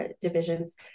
divisions